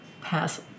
pass